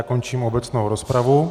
Končím obecnou rozpravu.